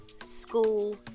School